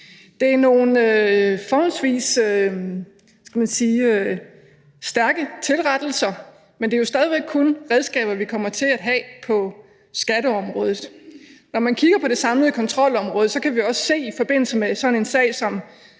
Det er nogle forholdsvis stærke tilrettelser, men det er jo stadig væk kun redskaber, vi kommer til at have på skatteområdet. Når man kigger på det samlede kontrolområde, kan vi også se, at i forbindelse med sådan en sag, som